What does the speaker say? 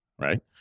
right